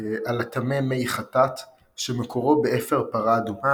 על הטמא מי חטאת שמקורו באפר פרה אדומה